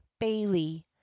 Bailey